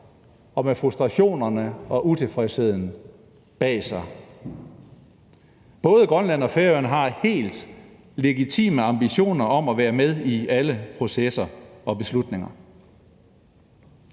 og med frustrationerne og utilfredsheden bag sig. Både Grønland og Færøerne har helt legitime ambitioner om at være med i alle processer og beslutninger.